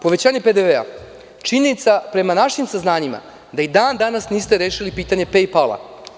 Povećanje PDV, činjenica, prema našim saznanjima, jeste da i dan danas niste rešili pitanje „paypal“